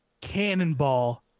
Cannonball